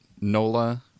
NOLA